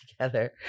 together